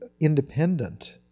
independent